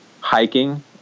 hiking